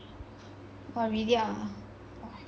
!wah! really ah